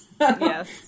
Yes